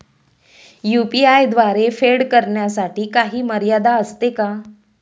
UPI द्वारे फेड करण्यासाठी काही मर्यादा असते का?